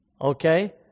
Okay